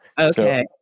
Okay